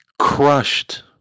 crushed